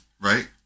Right